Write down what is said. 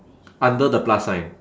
under the plus sign